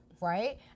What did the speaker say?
right